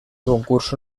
concurso